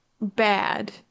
bad